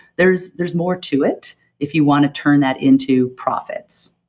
there's there's more to it if you want to turn that into profits.